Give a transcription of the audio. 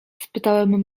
spytam